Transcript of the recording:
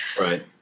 Right